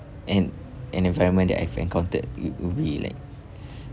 and an environment that I've encountered it it would be like